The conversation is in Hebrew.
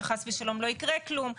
שחס ושלום לא יקרה כלום.